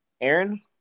Aaron